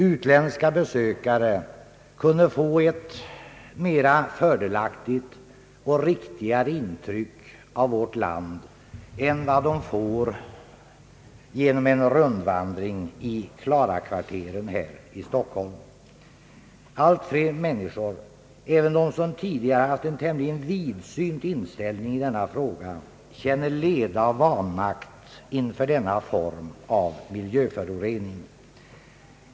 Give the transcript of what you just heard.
Utländska besökare kunde få ett fördelaktigare och riktigare intryck av vårt land än vad de får vid en rundvandring i Klarakvarteren här i Stockholm. Allt fler människor — även de som tidigare haft en tämligen vidsynt inställning i denna fråga — känner leda och vanmakt inför denna form av miljöförorening.